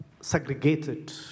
segregated